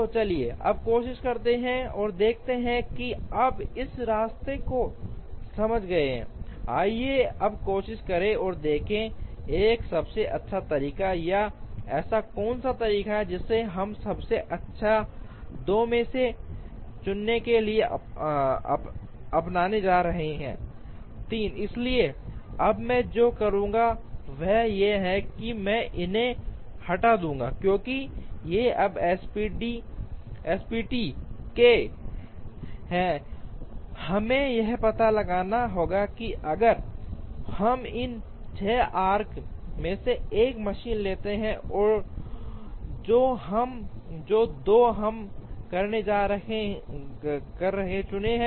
तो चलिए अब कोशिश करते हैं और देखते हैं कि अब इस रास्ते को समझ गए हैं आइए अब कोशिश करें और देखें एक सबसे अच्छा तरीका है या ऐसा कौन सा तरीका है जिसे हम सबसे अच्छा 2 में से चुनने के लिए अपनाने जा रहे हैं 3 इसलिए अब मैं जो करूंगा वह ये है कि मैं इन्हें हटा दूंगा क्योंकि ये अब एसपीटी के हैं हमें यह पता लगाना होगा कि अगर हम इन 6 आर्क्स में से 1 मशीन लेते हैं जो 2 हम करने जा रहे हैं चुनें